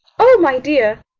oh, my dear!